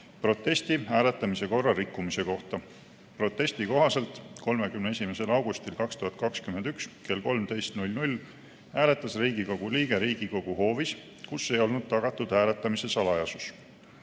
protesti hääletamise korra rikkumise kohta. Protesti kohaselt 31. augustil 2021 kell 13.00 hääletas Riigikogu liige Riigikogu hoovis, kus ei olnud tagatud hääletamise salajasus.